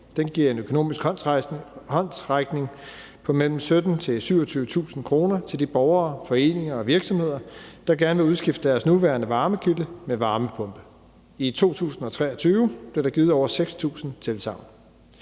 Den giver en økonomisk håndsrækning på mellem 17.000-27.000 kr. til de borgere, foreninger og virksomheder, der gerne vil udskifte deres nuværende varmekilde med en varmepumpe. I 2023 blev der givet over 6.000 tilsagn.